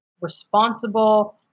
responsible